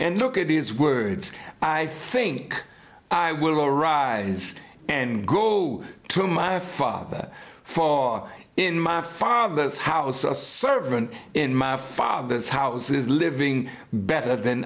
and look at these words i think i will arise and go to my father fall in my father's house a servant in my father's house is living better than